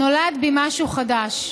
נולד בי משהו חדש.